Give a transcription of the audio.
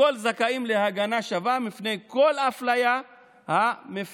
הכול זכאים להגנה שווה מפני כל אפליה המפירה